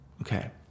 Okay